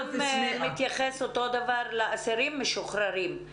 אותו דבר לגבי אסירים משוחררים.